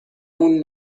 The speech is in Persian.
اون